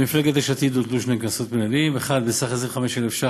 על מפלגת יש עתיד הוטלו שני קנסות מינהליים: 1. בסך 25,000 ש"ח,